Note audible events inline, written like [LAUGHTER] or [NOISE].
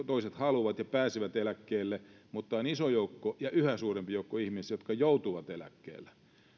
[UNINTELLIGIBLE] toiset haluavat ja pääsevät eläkkeelle mutta on iso joukko yhä suurempi joukko ihmisiä jotka joutuvat eläkkeelle